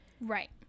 Right